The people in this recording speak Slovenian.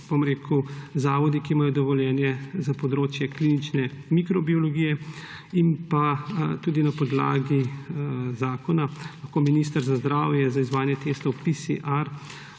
izvajajo zavodi, ki imajo dovoljenje za področje klinične mikrobiologije, in na podlagi zakona lahko minister za zdravje za izvajanje testov PCR